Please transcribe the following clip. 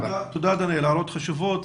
הערות חשובות.